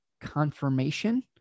confirmation